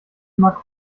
mag